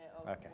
Okay